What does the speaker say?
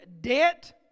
debt